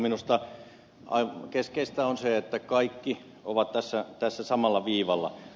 minusta keskeistä on se että kaikki ovat tässä samalla viivalla